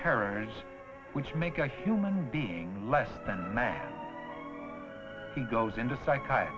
terrors which make a human being less than a man he goes into psych